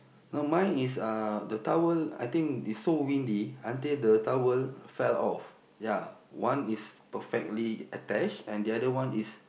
no mine is uh the towel I think is so windy until the towel fell off ya one is perfectly attached and the other one is